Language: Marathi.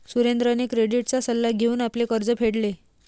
सुरेंद्रने क्रेडिटचा सल्ला घेऊन आपले कर्ज फेडले